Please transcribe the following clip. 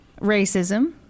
racism